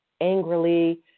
angrily